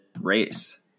race